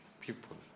people